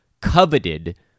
coveted